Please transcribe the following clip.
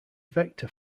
vector